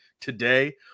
today